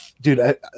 dude